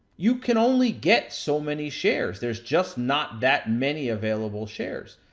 you can only get so many shares. there's just not that many available shares.